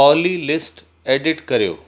ऑली list edit करियो